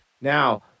now